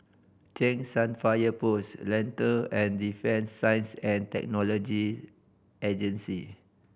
Cheng San Fire Post Lentor and Defence Science And Technology Agency